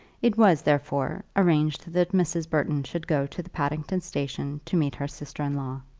it was, therefore, arranged that mrs. burton should go to the paddington station to meet her sister-in-law.